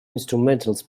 instrumentals